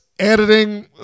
Editing